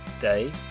Day